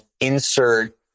insert